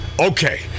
Okay